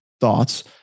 thoughts